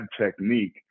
technique